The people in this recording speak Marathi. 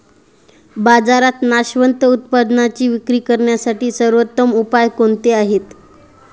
बाजारात नाशवंत उत्पादनांची विक्री करण्यासाठी सर्वोत्तम उपाय कोणते आहेत?